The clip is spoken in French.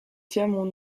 diamant